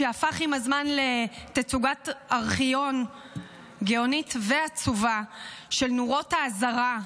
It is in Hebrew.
שהפך עם הזמן לתצוגת ארכיון גאונית ועצובה של נורות האזהרה,